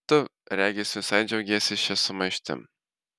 tu regis visai džiaugiesi šia sumaištim